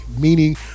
meaning